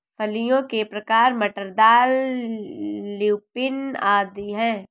फलियों के प्रकार मटर, दाल, ल्यूपिन आदि हैं